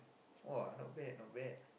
!wow! not bad not bad